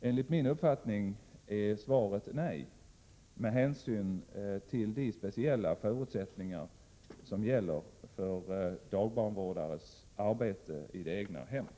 Enligt min uppfattning är svaret nej, med hänsyn till de speciella förutsättningar som gäller för dagbarnvårdarens arbete i det egna hemmet.